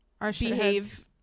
behave